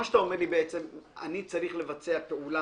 מה שאתה אומר לי בעצם, אני צריך לבצע פעולה.